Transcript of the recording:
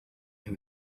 who